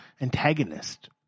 antagonist